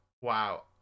Wow